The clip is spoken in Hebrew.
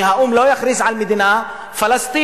שהאו"ם לא יכריז על מדינה פלסטינית.